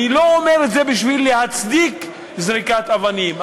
אני לא אומר את זה בשביל להצדיק זריקת אבנים,